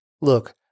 Look